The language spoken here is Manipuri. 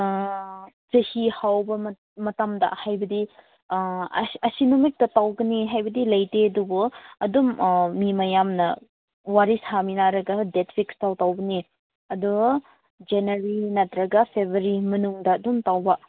ꯑꯥ ꯆꯍꯤ ꯍꯧꯕ ꯃꯇꯝꯗ ꯍꯥꯏꯕꯗꯤ ꯑꯁꯤ ꯅꯨꯃꯤꯠꯇ ꯇꯧꯒꯅꯤ ꯍꯥꯏꯕꯗꯤ ꯂꯩꯇꯦ ꯑꯗꯨꯕꯨ ꯑꯗꯨꯝ ꯃꯤ ꯃꯌꯥꯝꯅ ꯋꯥꯔꯤ ꯁꯥꯃꯤꯟꯅꯔꯒ ꯗꯦꯠ ꯐꯤꯛꯁ ꯇꯧꯕꯅꯤ ꯑꯗꯣ ꯖꯅꯋꯥꯔꯤ ꯅꯠꯇ꯭ꯔꯒ ꯐꯦꯕꯋꯥꯔꯤ ꯃꯅꯨꯡꯗ ꯑꯗꯨꯝ ꯇꯧꯕ